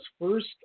first